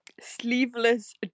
sleeveless